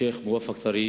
שיח' מואפק טריף,